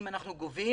אם אנחנו גובים,